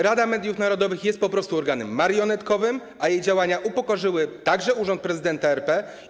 Rada Mediów Narodowych jest po prostu organem marionetkowym, a jej działania upokorzyły także urząd prezydenta RP.